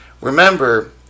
remember